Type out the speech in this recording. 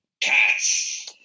cats